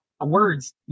words